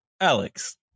Alex